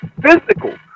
physical